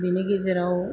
बिनि गेजेराव